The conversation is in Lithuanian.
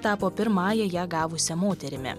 tapo pirmąja ją gavusia moterimi